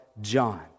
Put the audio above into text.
john